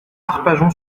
arpajon